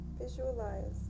Visualize